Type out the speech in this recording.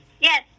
yes